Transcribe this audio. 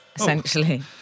Essentially